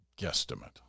guesstimate